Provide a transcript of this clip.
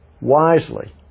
wisely